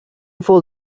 fold